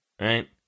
Right